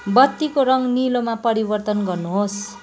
बत्तीको रङ निलोमा परिवर्तन गर्नुहोस्